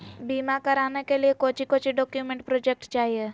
बीमा कराने के लिए कोच्चि कोच्चि डॉक्यूमेंट प्रोजेक्ट चाहिए?